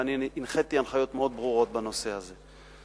הנחיתי הנחיות מאוד ברורות בנושא הזה.